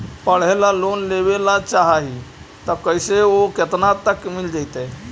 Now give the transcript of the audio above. पढ़े ल लोन लेबे ल चाह ही त कैसे औ केतना तक मिल जितै?